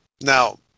Now